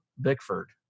Bickford